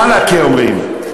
חלאקה אומרים,